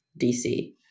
dc